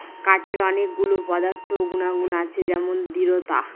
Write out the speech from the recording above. কাঠের অনেক গুলো পদার্থ গুনাগুন আছে যেমন দৃঢ়তা